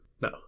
No